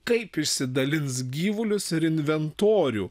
kaip išsidalins gyvulius ir inventorių